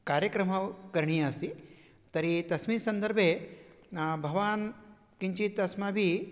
कार्यक्रमः करणीयः अस्ति तर्हि तस्मिन् सन्दर्भे भवान् किञ्चित् अस्माभिः